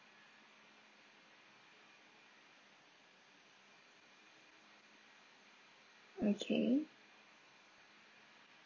okay